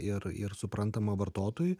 ir ir suprantama vartotojui